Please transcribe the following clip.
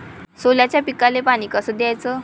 सोल्याच्या पिकाले पानी कस द्याचं?